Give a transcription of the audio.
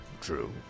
True